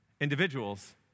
individuals